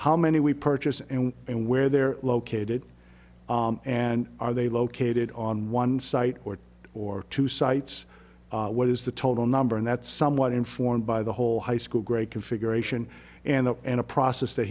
how many we purchase and and where they're located and are they located on one site or or two sites what is the total number and that's somewhat informed by the whole high school grade configuration and the and a process that